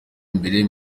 imbere